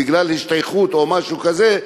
בגלל השתייכות או משהו כזה,